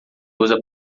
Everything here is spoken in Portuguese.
usa